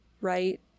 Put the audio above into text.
right